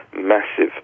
massive